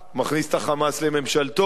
מכניס את ה"חמאס" לממשלתו,